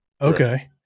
Okay